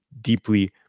deeply